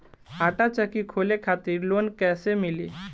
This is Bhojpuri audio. आटा चक्की खोले खातिर लोन कैसे मिली?